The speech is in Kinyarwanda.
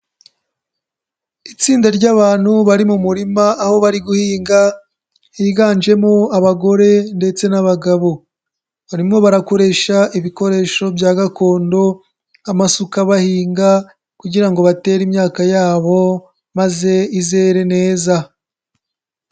Itsinda ry'abantu bari mu murima aho bari guhinga higanjemo abagore ndetse n'abagabo, barimo barakoresha ibikoresho bya gakondo nk'amasuka bahinga kugira ngo batere imyaka yabo maze izere neza.